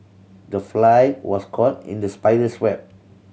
the fly was caught in the spider's web